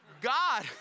God